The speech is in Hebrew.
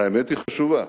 והאמת היא חשובה.